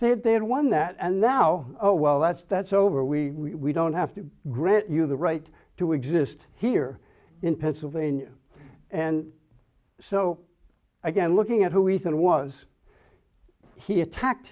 england they had won that and now oh well that's that's over we don't have to grant you the right to exist here in pennsylvania and so again looking at who ethan was he attacked